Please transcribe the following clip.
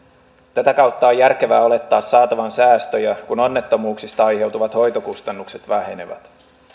tätä kautta on järkevää olettaa saatavan säästöjä kun onnettomuuksista aiheutuvat hoitokustannukset vähenevät